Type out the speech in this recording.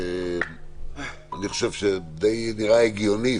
אני חושב שזה נראה די הגיוני.